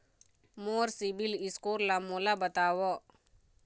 मोर CIBIL score ला मोला बताव?